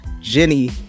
Jenny